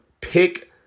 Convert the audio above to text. pick